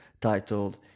titled